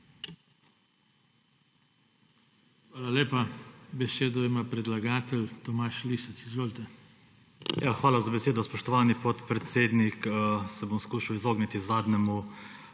Hvala lepa. Besedo ima predlagatelj, Tomaž Lisec. Izvolite. TOMAŽ LISEC (PS SDS): Hvala za besedo, spoštovani podpredsednik. Se bom skušal izogniti zadnjemu